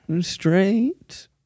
straight